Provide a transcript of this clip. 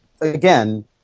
again